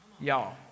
Y'all